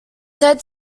said